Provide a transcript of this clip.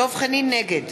נגד